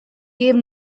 gave